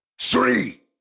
three